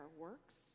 works